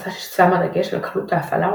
הפצה ששמה דגש על קלות ההפעלה,